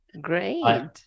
Great